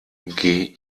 geh